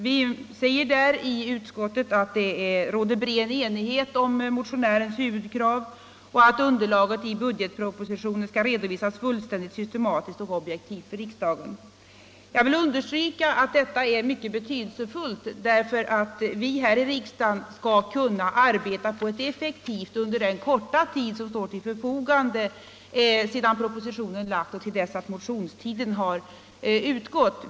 Vi säger i utskottsbetänkandet: ”Det råder bred enighet om motionärens huvudkrav. Underlaget för budgetpropositionen skall således redovisas fullständigt, systematiskt och objektivt för riksdagen.” Detta är mycket betydelsefullt för att vi här i riksdagen skall kunna arbeta på ett effektivt sätt under den korta tid som står oss till förfogande sedan propositionen framlagts och till dess att motionstiden har utgått.